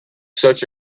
such